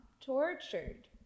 tortured